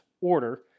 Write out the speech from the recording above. order